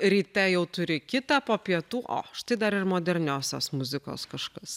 ryte jau turi kitą po pietų o štai dar ir moderniosios muzikos kažkas